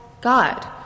God